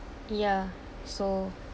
ya so